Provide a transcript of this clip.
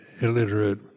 illiterate